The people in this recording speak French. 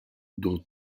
dans